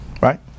Right